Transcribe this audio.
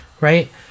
Right